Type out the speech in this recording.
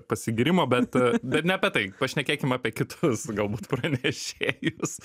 pasigyrimo bet bet ne apie tai pašnekėkim apie kitus galbūt pranešėjus